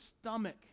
stomach